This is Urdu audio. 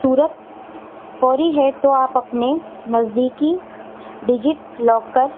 صورت فوری ہے تو آپ اپنے نزدیکی ڈجٹ لاکر